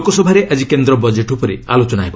ଲୋକସଭାରେ ଆଜି କେନ୍ଦ୍ର ବଜେଟ୍ ଉପରେ ଆଲୋଚନା ହେବ